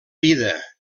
vida